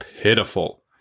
pitiful